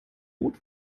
rot